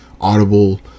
audible